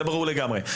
זה ברור לגמרי.